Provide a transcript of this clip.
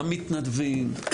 גם מתנדבים,